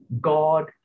God